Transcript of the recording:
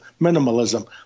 minimalism